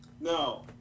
no